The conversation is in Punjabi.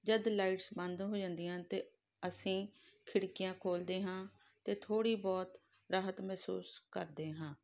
ਜਦ ਲਾਈਟਸ ਬੰਦ ਹੋ ਜਾਂਦੀਆਂ ਤਾਂ ਅਸੀਂ ਖਿੜਕੀਆਂ ਖੋਲਦੇ ਹਾਂ ਅਤੇ ਥੋੜ੍ਹੀ ਬਹੁਤ ਰਾਹਤ ਮਹਿਸੂਸ ਕਰਦੇ ਹਾਂ